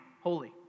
Holy